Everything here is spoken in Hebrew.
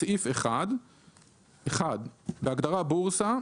בסעיף 1 - בהגדרה "בורסה",